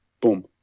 Boom